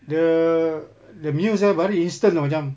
the the news eh very instant macam